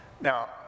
Now